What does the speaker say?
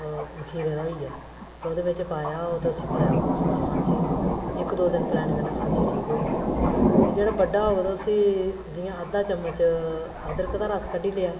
मखीरे दा होई गेआ ते ओह्दे बिच पाया होग ते उसी पिलाओ तुस ते खांसी इक दो दिन पिलाने कन्नै खांसी ठीक होई जंदी ते जेह्ड़ा बड्डा होग ते उसी जि'यां अद्धा चमच अदरक दा रस कड्ढी लेआ